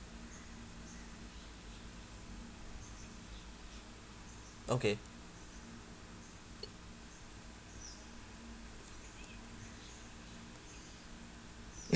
okay